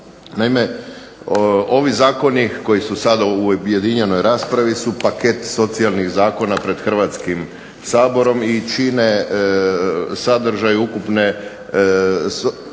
Naime, ovi zakoni koji su sada u ovoj objedinjenoj raspravi su paket socijalnih zakona pred Hrvatskim saborom i čine sadržaj ukupne